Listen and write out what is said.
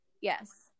Yes